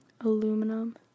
aluminum